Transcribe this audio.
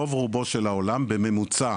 רוב רובו של העולם בממוצע